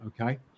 Okay